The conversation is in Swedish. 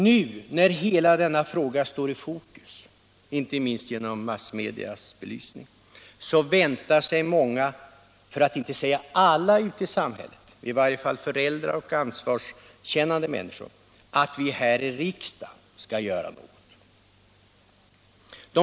Nu, när hela denna fråga står i fokus, inte minst genom massmedias belysning, väntar sig många, för att inte säga alla, ute i samhället — i varje fall föräldrar och andra ansvarskännande människor — att vi här i riksdagen skall göra någonting.